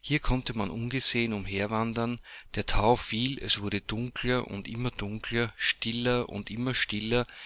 hier konnte man ungesehen umherwandern der thau fiel es wurde dunkler und immer dunkler stiller und immer stiller